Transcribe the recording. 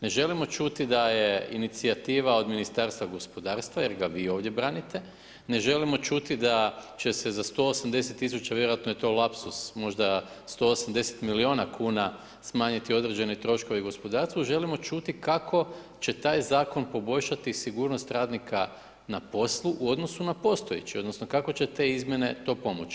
Ne želimo čuti d je inicijativa od Ministarstva gospodarstva jer g vi ovdje branite, ne želimo čuti da će se za 180 000, vjerovatno je to lapsusu, možda 180 milijuna kuna smanjiti određeni troškovi gospodarstvu, želimo čuti kako će taj zakon poboljšati sigurnost radnika na poslu u odnosu na postojeći odnosno kako će te izmjene to pomoći.